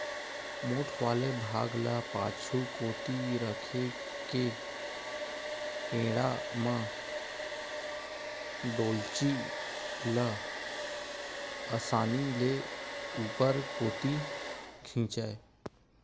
मोठ वाले भाग ल पाछू कोती रखे के टेंड़ा म डोल्ची ल असानी ले ऊपर कोती खिंचय